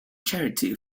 charity